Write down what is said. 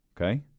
Okay